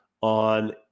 on